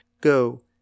Go